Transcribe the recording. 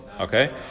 Okay